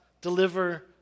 deliver